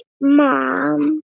mom